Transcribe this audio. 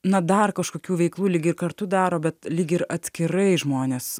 na dar kažkokių veiklų lyg ir kartu daro bet lyg ir atskirai žmonės